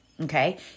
Okay